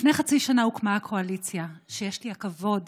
לפני חצי שנה הוקמה הקואליציה, שיש לי הכבוד